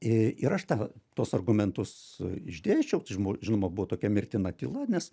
i ir aš tą tuos argumentus išdėsčiau tai žin žinoma buvo tokia mirtina tyla nes